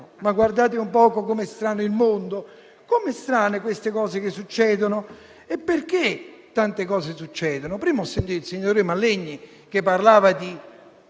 Ma guardate un poco com'è strano il mondo, come sono strane le cose che succedono. E perché tante cose succedono? Prima ho sentito il senatore Mallegni parlare di